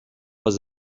was